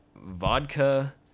vodka